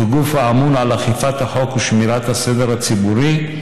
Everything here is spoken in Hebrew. כגוף האמון על אכיפת החוק ושמירת הסדר הציבורי,